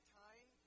time